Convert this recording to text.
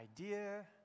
idea